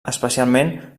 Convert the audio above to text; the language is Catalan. especialment